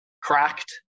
cracked